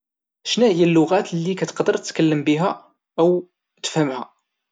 شناهيا اللغات اللي كاتقدر تتكلم بها او تفهم؟